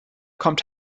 kommt